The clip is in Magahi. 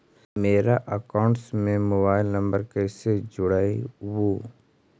मेरा अकाउंटस में मोबाईल नम्बर कैसे जुड़उ?